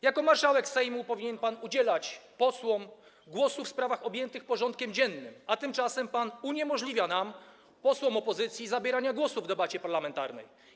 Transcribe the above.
Jako marszałek Sejmu powinien pan udzielać posłom głosu w sprawach objętych porządkiem dziennym, a tymczasem pan uniemożliwia nam, posłom opozycji, zabieranie głosu w debacie parlamentarnej.